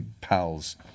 pals